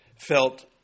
felt